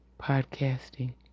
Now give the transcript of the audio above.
podcasting